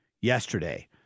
yesterday